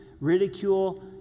ridicule